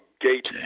gate